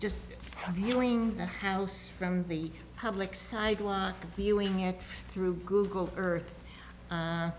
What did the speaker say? just viewing the house from the public sidewalk viewing it through google earth